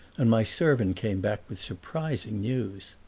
and my servant came back with surprising news.